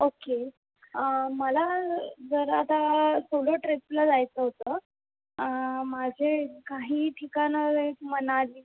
okay मला जरा आता सोलो ट्रीपला जायचं होतं माझे काही ठिकाणं आहेत मनाली